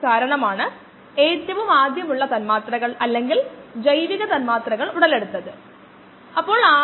ഒരു ടാങ്ക് നിറയ്ക്കാൻ എത്ര സമയമെടുക്കുമെന്നതാണ് ഇപ്പോൾ ചോദ്യം